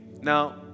Now